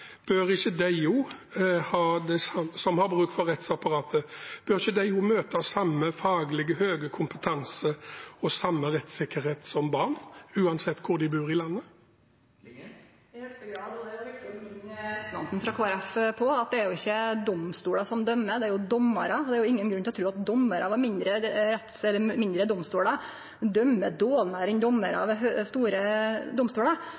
som har bruk for rettsapparatet, bør ikke de også møte samme faglige, høye kompetanse og samme rettssikkerhet som barn – uansett hvor de bor i landet? I høgste grad! Det er viktig å minne representanten frå Kristeleg Folkeparti om at det ikkje er domstolar som dømmer, det er dommarar. Det er ingen grunn til å tru at dommarar ved mindre